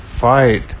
fight